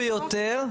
ביותר,